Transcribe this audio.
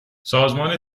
سازمان